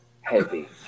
heavy